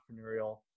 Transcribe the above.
entrepreneurial